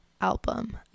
album